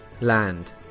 land